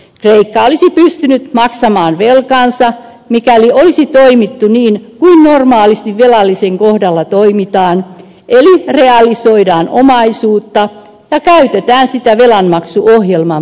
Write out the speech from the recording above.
kreikka olisi pystynyt maksamaan velkansa mikäli olisi toimittu niin kuin normaalisti velallisen kohdalla toimitaan eli realisoitu omaisuutta ja käytetty sitä velanmaksuohjelman vakuutena